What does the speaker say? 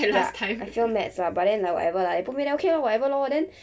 ya I failed maths lah but then like whatever lah they put me there then okay lor whatever lor then